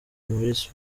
morsi